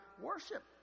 worship